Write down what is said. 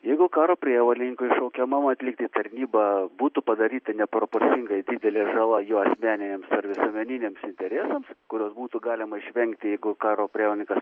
jeigu karo prievolininkui šaukiamam atlikti tarnybą būtų padaryta neproporcingai didelė žala jo asmeniniams ar visuomeniniams interesams kurios būtų galima išvengti jeigu karo prievolininkas